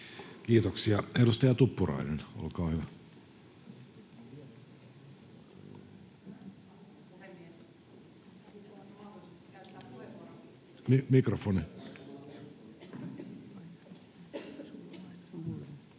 Kiitoksia. — Edustaja Tuppurainen, olkaa hyvä. [Mikrofoni